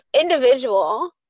individual